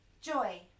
joy